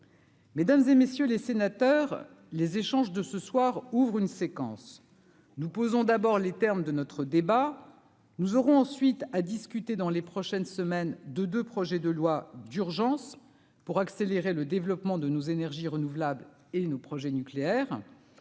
Mesdames et messieurs les sénateurs, les échanges de ce soir, ouvre une séquence nous posons d'abord les termes de notre débat, nous aurons ensuite à discuter dans les prochaines semaines de de projet de loi d'urgence pour accélérer le développement de nos énergies renouvelables et nos projets nucléaires